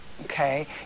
okay